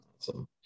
Awesome